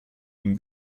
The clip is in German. ihm